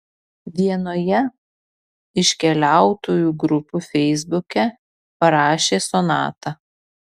vienoje iš keliautojų grupių feisbuke parašė sonata